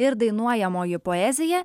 ir dainuojamoji poezija